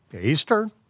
Easter